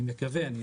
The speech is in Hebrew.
אני מקווה.